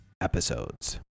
episodes